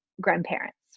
grandparents